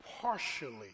partially